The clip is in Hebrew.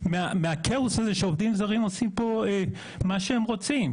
בעיקר מהכאוס שעובדים זרים עושים פה מה שהם רוצים.